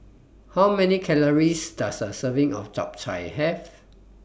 How Many Calories Does A Serving of Japchae Have